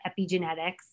epigenetics